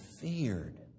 feared